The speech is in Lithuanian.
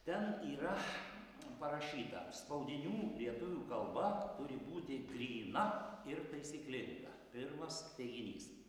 ten yra parašyta spaudinių lietuvių kalba turi būti gryna ir taisyklinga pirmas teiginys